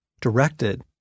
directed